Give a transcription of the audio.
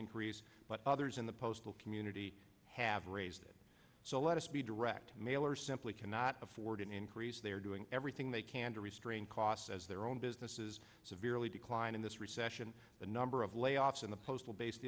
increase but others in the postal community have raised it so let us be direct mail or simply cannot afford an increase they are doing everything they can to restrain costs as their own business is severely declined in this recession the number of layoffs in the postal based